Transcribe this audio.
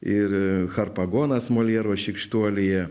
ir harpagonas moljero šykštuolyje